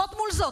זו מול זו.